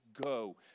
go